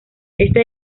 este